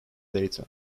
data